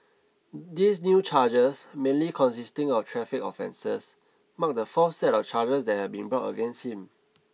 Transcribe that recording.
these new charges mainly consisting of traffic offences mark the fourth set of charges that have been brought against him